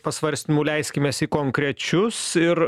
pasvarstymų leiskimės į konkrečius ir